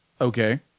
Okay